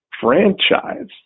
franchise